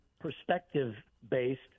perspective-based